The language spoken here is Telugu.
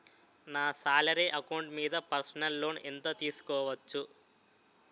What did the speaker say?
నా సాలరీ అకౌంట్ మీద పర్సనల్ లోన్ ఎంత తీసుకోవచ్చు?